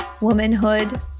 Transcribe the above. womanhood